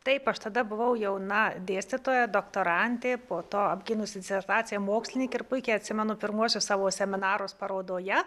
taip aš tada buvau jauna dėstytoja doktorantė po to apgynusi disertaciją mokslininkė ir puikiai atsimenu pirmuosius savo seminarus parodoje